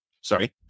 sorry